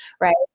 right